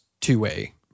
two-way